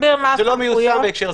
לא מיושם.